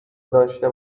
داشته